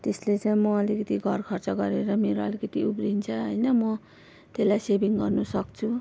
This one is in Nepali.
त्यसले चाहिँ म अलिकति घर खर्च गरेर मेरो अलिकति उब्रिन्छ होइन म त्यसलाई सेभिङ गर्नु सक्छु